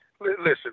Listen